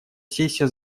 сессия